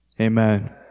amen